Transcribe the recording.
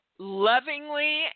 lovingly